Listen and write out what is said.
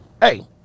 hey